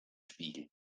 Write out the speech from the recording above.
spiegel